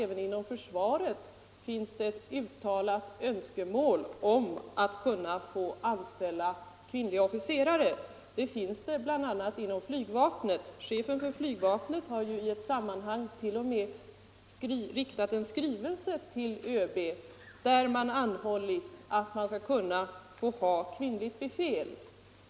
Även inom försvaret finns ett uttalat önskemål om att få anställa kvinnliga officerare — bl.a. inom flygvapnet. Chefen för flygvapnet har i ett sammanhang t.o.m. riktat en skrivelse till ÖB, där han anhållit att få ha kvinnligt befäl.